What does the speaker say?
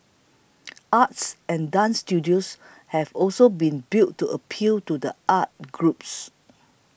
arts and dance studios have also been built to appeal to the arts groups